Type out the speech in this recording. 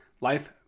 life